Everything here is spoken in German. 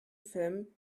film